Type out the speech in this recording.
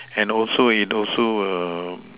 and also it also